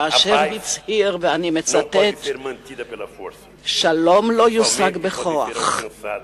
אשר הצהיר: שלום לא יושג בכוח,